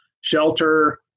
shelter